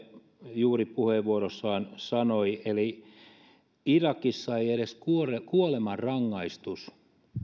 juuri puheenvuorossaan sanoi että irakissa ei edes kuolemanrangaistus